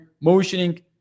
motioning